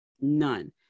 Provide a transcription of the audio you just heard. none